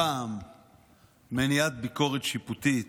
הפעם מניעת ביקורת שיפוטית